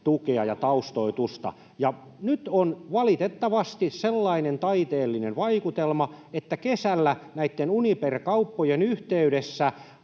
tukea ja taustoitusta. Ja nyt on, valitettavasti, sellainen taiteellinen vaikutelma, että kesällä näitten Uniper-kauppojen yhteydessä